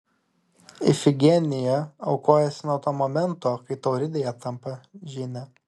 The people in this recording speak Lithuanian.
ifigenija aukojasi nuo to momento kai tauridėje tampa žyne